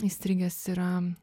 įstrigęs yra